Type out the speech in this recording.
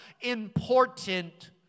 important